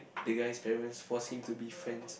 the guy's parents force him to be friends